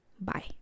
bye